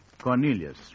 Cornelius